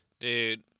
dude